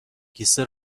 کیسه